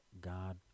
God